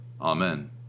Amen